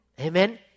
Amen